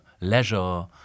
leisure